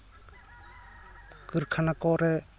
ᱠᱟᱹᱨᱠᱷᱟᱱᱟ ᱠᱚᱨᱮ